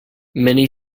many